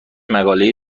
مقاله